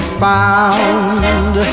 found